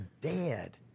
dead